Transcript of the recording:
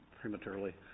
prematurely